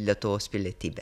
lietuvos pilietybę